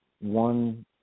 one